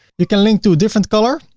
you can link to a different color,